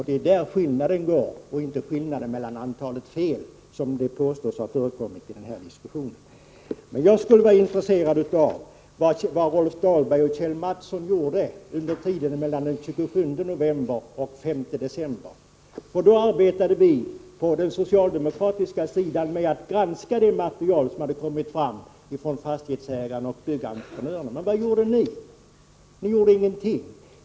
Det är däri skillnaden ligger och inte i antalet fel, något som påståtts i denna diskussion. Jag skulle vara intresserad av att veta vad Rolf Dahlberg och Kjell Mattsson gjorde mellan den 27 november och den 5 december. Då arbetade vi på den socialdemokratiska sidan med att granska det material som kommit fram från fastighetsägarna och byggentreprenörerna. Men vad gjorde ni? Ni gjorde ingenting.